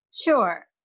Sure